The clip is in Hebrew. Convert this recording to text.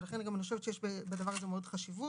לכן אני חושבת שיש בדבר הזה המון חשיבות.